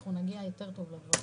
אנחנו נגיע יותר טוב אליהם.